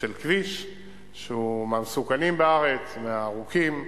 של כביש שהוא מהמסוכנים בארץ, מהארוכים,